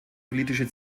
politische